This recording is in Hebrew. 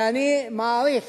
ואני מעריך